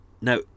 Now